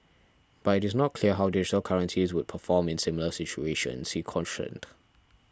but it is not clear how digital currencies would perform in similar situations he cautioned